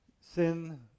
Sin